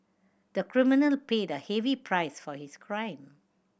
the criminal paid a heavy price for his crime